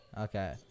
okay